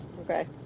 Okay